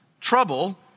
Trouble